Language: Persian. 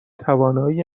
توانایی